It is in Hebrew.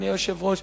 אדוני היושב-ראש,